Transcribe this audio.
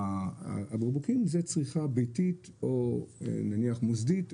הבקבוקים זה צריכה ביתית או מוסדית,